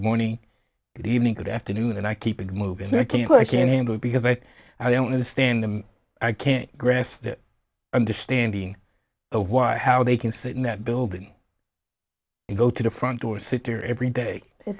good evening good afternoon and i keep it moving i can't i can't handle it because i i don't understand i can't grasp it understanding why how they can sit in that building and go to the front door sitter every day